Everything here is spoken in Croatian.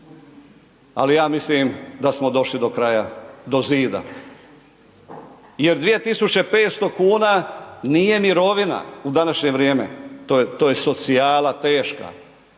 Ali ja mislim da smo došli do kraja, do zida. Jer 2500 kuna nije mirovina u današnje vrijeme, to je socijala teška